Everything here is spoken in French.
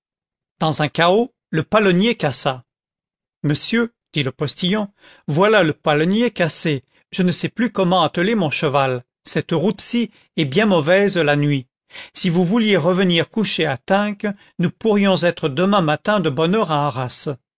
dans un cahot le palonnier cassa monsieur dit le postillon voilà le palonnier cassé je ne sais plus comment atteler mon cheval cette route ci est bien mauvaise la nuit si vous vouliez revenir coucher à tinques nous pourrions être demain matin de bonne heure à arras